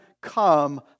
come